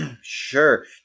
Sure